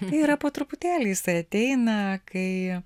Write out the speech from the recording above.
tai yra po truputėlį jisai ateina kai